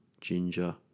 ginger